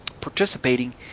participating